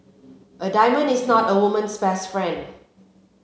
a diamond is not a woman's best friend